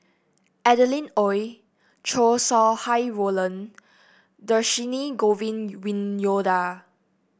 Adeline Ooi Chow Sau Hai Roland Dhershini Govin Winyoda